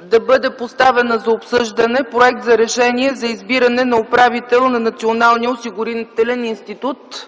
да бъде поставен за обсъждане Проект за решение за избиране на управител на Националния осигурителен институт.